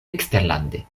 eksterlande